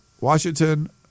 Washington